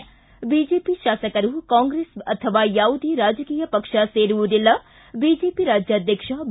ಿ ಬಿಜೆಪಿಯ ಶಾಸಕರು ಕಾಂಗ್ರೆಸ್ ಅಥವಾ ಯಾವುದೇ ರಾಜಕೀಯ ಪಕ್ಷ ಸೇರುವುದಿಲ್ಲ ಬಿಜೆಪಿ ರಾಜ್ಯಾಧ್ವಕ್ಷ ಬಿ